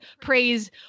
praise